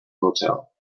motel